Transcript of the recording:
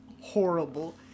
horrible